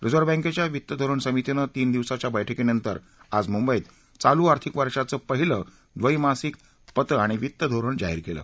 reserve बँकेच्या वित्त धोरण समितीनं तीन दिवसांच्या बैठकीनंतर आज मुंबईत चालू आर्थिक वर्षाचं पहिलं द्रिमासिक पतं आणि वित्त धोरण जाहीर केलं